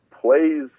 plays